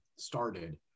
started